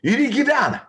ir ji gyvena